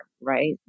right